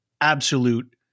absolute